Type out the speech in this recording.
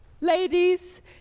ladies